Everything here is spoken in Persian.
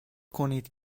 کنید